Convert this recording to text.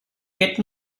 get